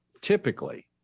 typically